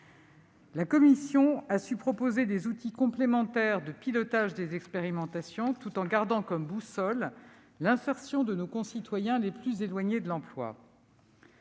La commission a su proposer des outils complémentaires de pilotage des expérimentations, tout en gardant comme boussole l'insertion de nos concitoyens les plus éloignés de l'emploi.